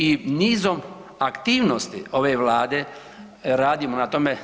I nizom aktivnosti ove Vlade radimo na tome.